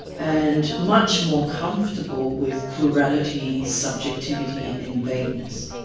and much more comfortable with plurality, subjectivity and vagueness.